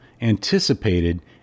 anticipated